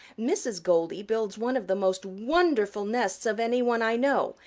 mrs. goldy builds one of the most wonderful nests of any one i know,